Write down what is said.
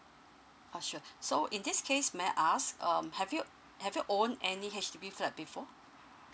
uh sure so in this case may I ask um have you have your own any H_D_B flat before